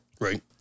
Right